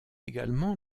également